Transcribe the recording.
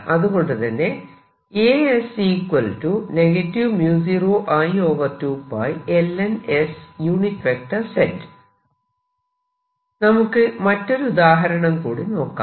അതുകൊണ്ടുതന്നെ നമുക്ക് മറ്റൊരു ഉദാഹരണം കൂടി നോക്കാം